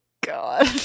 God